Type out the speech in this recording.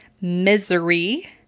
Misery